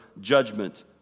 judgment